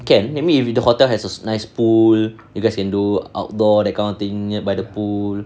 can I mean if the hotel has a nice pool you guys can do outdoor that kind of thing nearby the pool